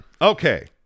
Okay